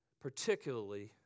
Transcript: particularly